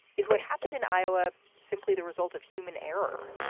is what happened in iowa simply the result of human error?